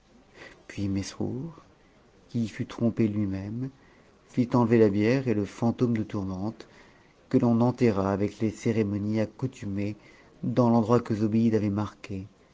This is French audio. puis mesrour qui y fut trompé lui-même fit enlever la bière et le fantôme de tourmente que l'on enterra avec les cérémonies accoutumées dans l'endroit que zobéide avait marqué